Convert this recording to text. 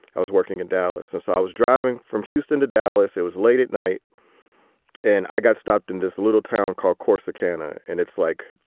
i was working in dallas as i was driving from houston to dallas. it was late at night and i got stopped in this little town called corsicana. and it's like,